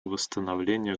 восстановления